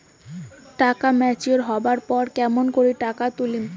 টাকা ম্যাচিওরড হবার পর কেমন করি টাকাটা তুলিম?